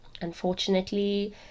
Unfortunately